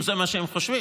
אם זה מה שהם חושבים.